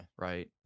Right